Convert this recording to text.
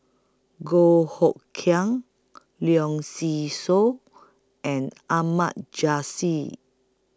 Goh Hood Keng Leong See Soo and Ahmad Jais